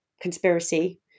conspiracy